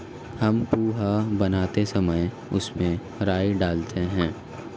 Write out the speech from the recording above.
हम पोहा बनाते समय उसमें राई डालते हैं